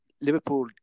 Liverpool